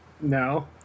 No